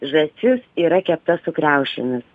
žąsis yra kepta su kriaušėmis